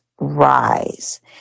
Rise